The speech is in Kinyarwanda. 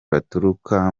baturuka